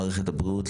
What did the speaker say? מערכת הבריאות,